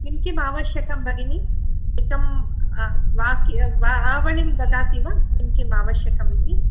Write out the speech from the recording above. किं किम् आवश्यकं भगिनि एकं वा वाक्य आवलिं ददाति वा किं किम् आवश्यकम् इति